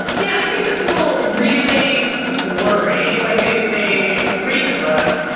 yeah i think that people really worry, like they they read the book,